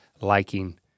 liking